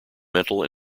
mental